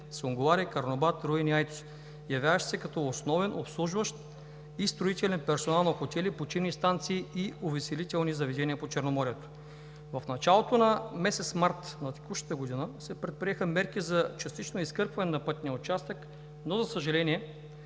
Сунгурларе, Карнобат, Руен и Айтос, явяващи се като основен обслужващ и строителен персонал на хотели, почивни станции и увеселителни заведения по Черноморието. В началото на месец март на текущата година се предприеха мерки за частично изкърпване на пътния участък, но, за съжаление,